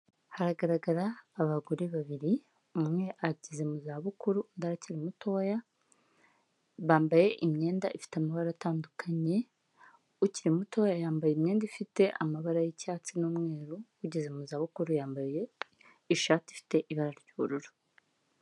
Haragaragara abagore babiri umwe ageze mu zabukuru, undi akiri mutoya bambaye imyenda ifite amabara atandukanye, ukiri mutoya yambaye imyenda ifite amabara y'icyatsi n'umweru, ugeze mu zabukuru yambaye ishati ifite ibara ry'ubururu.